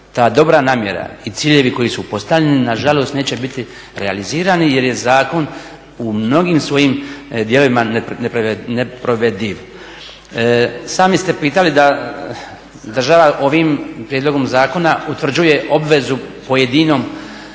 ta dobra namjera i ciljevi koji su postavljeni nažalost neće biti realizirani jer je zakon u mnogim svojim dijelovima neprovediv. Sami ste pitali da država ovim prijedlogom zakona utvrđuje obvezu pojedinoj